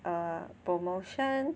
err promotion